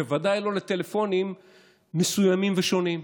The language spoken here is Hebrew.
בוודאי לא לטלפונים מסוימים ושונים.